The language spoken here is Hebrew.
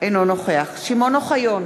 חתימות